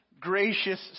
gracious